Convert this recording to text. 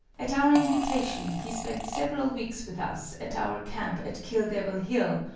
at our invitation, he spent several weeks with us at our camp at kill devil hill,